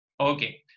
okay